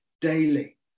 daily